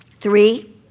Three